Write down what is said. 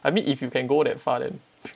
I mean if you can go that far then